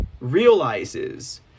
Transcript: realizes